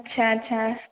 आस्सा आस्सा